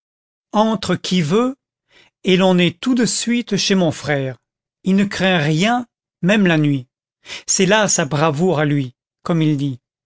entre qui veut et l'on est tout de suite chez mon frère il ne craint rien même la nuit c'est là sa bravoure à lui comme il dit